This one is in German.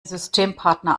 systempartner